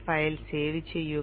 file save ചെയ്യുക